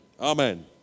Amen